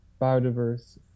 biodiverse